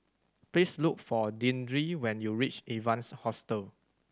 please look for Deandre when you reach Evans Hostel